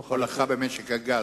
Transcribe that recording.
הולכה במשק הגז,